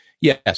yes